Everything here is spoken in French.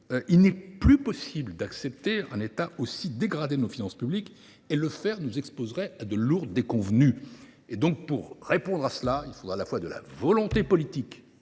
il n’est plus possible d’accepter un état aussi dégradé de nos finances publiques. Le faire nous exposerait à de lourdes déconvenues. Il nous faudra à la fois une volonté politique